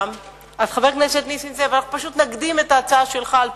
חבר הכנסת נסים זאב, אנחנו נקדים את ההצעה שלך.